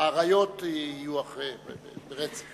האריות יהיו ברצף.